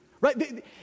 right